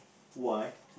why